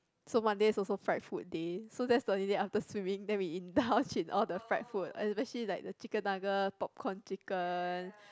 so Monday is also fried food day so that's the only day after swimming then we indulge in all the fried food especially like the chicken nugget popcorn chicken